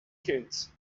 kids